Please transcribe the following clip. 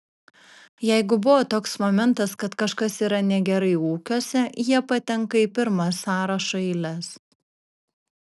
jeigu buvo toks momentas kad kažkas yra negerai ūkiuose jie patenka į pirmas sąrašo eiles